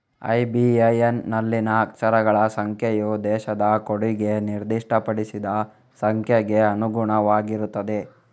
IBAN ನಲ್ಲಿನ ಅಕ್ಷರಗಳ ಸಂಖ್ಯೆಯು ದೇಶದ ಕೋಡಿಗೆ ನಿರ್ದಿಷ್ಟಪಡಿಸಿದ ಸಂಖ್ಯೆಗೆ ಅನುಗುಣವಾಗಿರುತ್ತದೆ